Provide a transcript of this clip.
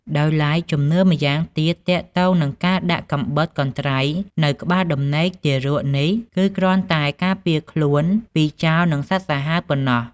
ដោយឡែកជំនឿម្យ៉ាងទៀតទាក់ទងនិងការដាក់កំបិតកន្ត្រៃនៅក្បាលដំណេកទារកនេះគឺគ្រាន់តែការពារខ្លួនពីចោរនិងសត្វសាហាវប៉ុណ្ណោះ។